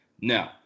No